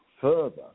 further